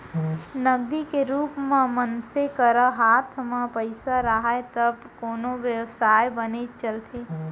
नगदी के रुप म मनसे करा हात म पइसा राहय तब कोनो बेवसाय बने चलथे